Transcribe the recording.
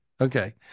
Okay